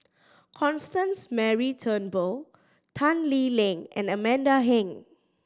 Constance Mary Turnbull Tan Lee Leng and Amanda Heng